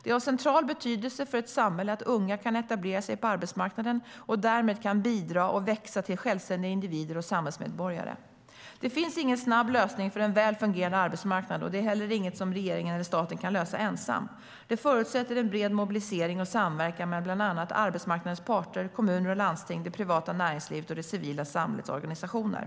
Det är av central betydelse för ett samhälle att unga kan etablera sig på arbetsmarknaden och därmed bidra och växa till självständiga individer och samhällsmedborgare. Det finns ingen snabb lösning för en väl fungerande arbetsmarknad, och det är heller inget som regeringen eller staten kan lösa ensam. Det förutsätter en bred mobilisering och samverkan mellan bland annat arbetsmarknadens parter, kommuner och landsting, det privata näringslivet och det civila samhällets organisationer.